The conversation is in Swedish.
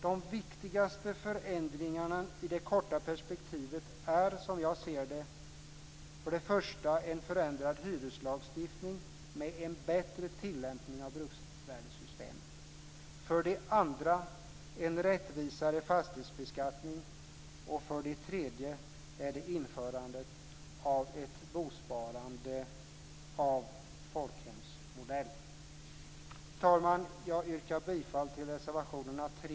De viktigaste förändringarna i det korta perspektivet är, som jag ser det, för det första en förändrad hyreslagstiftning med en bättre tillämpning av bruksvärdessystemet, för det andra en rättvisare fastighetsbeskattning och för det tredje införande av ett bosparande av folkhemsmodell. Fru talman! Jag yrkar bifall till reservationerna 3,